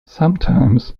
sometimes